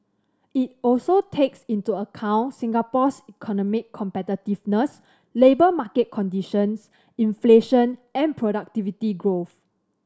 it also takes into account Singapore's economic competitiveness labour market conditions inflation and productivity growth